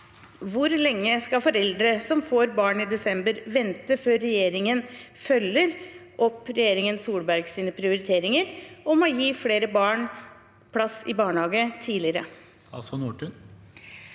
Hvor lenge skal foreldre som får barn i desember, vente før regjeringen følger opp regjeringen Solbergs prioriteringer om å gi flere barn plass i barnehage tidligere?